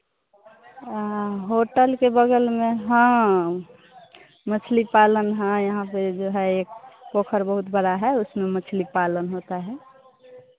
हाँ होटल के बगल में हाँ मछली पालन हाँ यहाँ पर जो है एक पोखर बहुत बड़ा है उसमें मछली पालन होता है